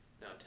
Now